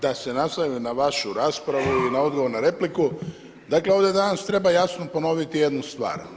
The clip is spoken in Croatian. Da se ... na vašu raspravu i na odgovor na repliku, dakle ovdje danas treba jasno ponoviti jednu stvar.